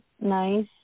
nice